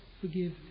forgive